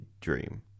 dream